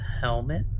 helmet